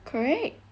correct